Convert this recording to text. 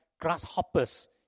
grasshoppers